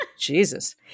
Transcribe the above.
Jesus